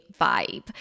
vibe